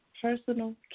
personal